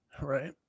right